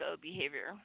behavior